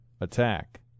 attack